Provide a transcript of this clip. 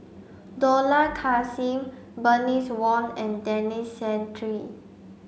Dollah Kassim Bernice Wong and Denis Santry